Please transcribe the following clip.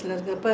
mm